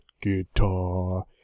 guitar